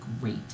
great